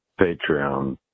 Patreon